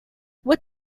what